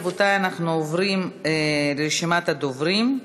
רבותי, אנחנו עוברים לרשימת הדוברים.